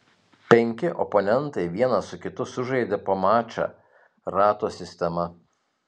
penki oponentai vienas su kitu sužaidė po mačą rato sistema